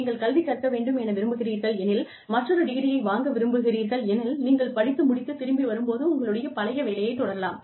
நீங்கள் கல்வி கற்க வேண்டும் என விரும்புகிறீர்கள் எனில் மற்றொரு டிகிரியை வாங்க விரும்புகிறீர்கள் எனில் நீங்கள் படித்து முடித்து திரும்பி வரும் போது உங்களுடைய பழைய வேலையை தொடரலாம்